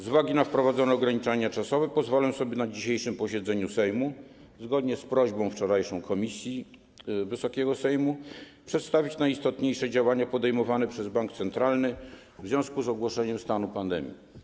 Z uwagi na wprowadzone ograniczenia czasowe pozwolę sobie na dzisiejszym posiedzeniu Sejmu, zgodnie z wczorajszą prośbą komisji Wysokiego Sejmu, przedstawić najistotniejsze działania podejmowane przez bank centralny w związku z ogłoszeniem stanu pandemii.